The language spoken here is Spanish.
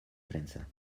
prensa